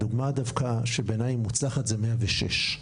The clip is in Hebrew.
דוגמא דווקא שבעיניי מוצלחת זה 106,